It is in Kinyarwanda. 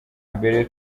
mbere